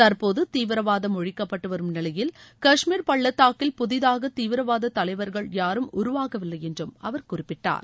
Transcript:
தற்போது தீவிரவாதம் ஒழிக்கப்பட்டு வரும் நிலையில் கஷ்மீர் பள்ளத்தாக்கில் புதிதாக தீவிரவாத தலைவர்கள் யாரும் உருவாக வில்லை என்று குறிப்பிட்டார்